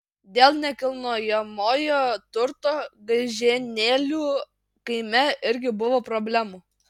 dėl nekilnojamojo turto gaižėnėlių kaime irgi buvo problemų